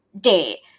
day